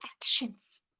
actions